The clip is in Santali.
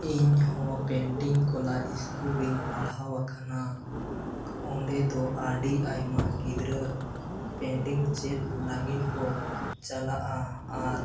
ᱤᱧ ᱦᱚᱸ ᱯᱮᱱᱴᱤᱝ ᱠᱚᱞᱟ ᱥᱠᱩᱞ ᱨᱮᱧ ᱯᱟᱲᱦᱟᱣ ᱟᱠᱟᱱᱟ ᱚᱸᱰᱮ ᱫᱚ ᱟᱹᱰᱤ ᱟᱭᱢᱟ ᱜᱤᱫᱽᱨᱟᱹ ᱯᱮᱱᱴᱤᱝ ᱪᱮᱫ ᱞᱟᱹᱜᱤᱫ ᱠᱚ ᱪᱟᱞᱟᱜᱼᱟ ᱟᱨ